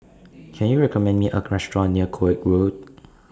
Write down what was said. Can YOU recommend Me A Restaurant near Koek Road